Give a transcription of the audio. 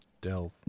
Delve